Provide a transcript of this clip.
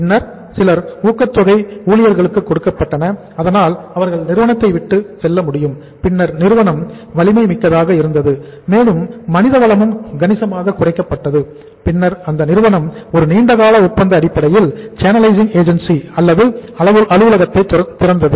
பின்னர் சில ஊக்கத்தொகை ஊழியர்களுக்கு கொடுக்கப்பட்டன அதனால் அவர்கள் நிறுவனத்தை விட்டு செல்ல முடியும் பின்னர் நிறுவனம் வலிமை மிக்கதாக இருந்தது மேலும் மனித வளமும் கணிசமாகக் குறைக்கப்பட்டது பின்னர் அந்த நிறுவனம் ஒரு நீண்டகால ஒப்பந்த அடிப்படையில் சேனலைசிங் ஏஜன்ஸி அல்லது அலுவலகத்தை திறந்தது